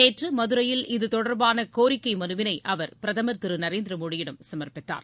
நேற்று மதுரையில் இதுதொடர்பான கோரிக்கை மனுவினை அவர் பிரதமர் திரு நரேந்திர மோடியிடம் சமர்ப்பித்தார்